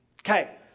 Okay